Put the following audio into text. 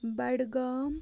بَڈٕ گام